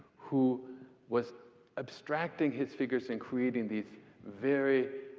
who was abstracting his figures and creating these very